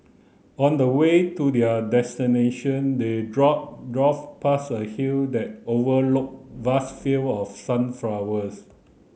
on the way to their destination they drove drove past a hill that overlook vast field of sunflowers